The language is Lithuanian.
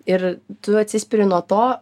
ir tu atsispiri nuo to